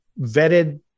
vetted